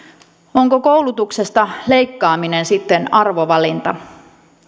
onko koulutuksesta leikkaaminen sitten arvovalinta